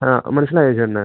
ആ മനസിലായോ ചേട്ടന്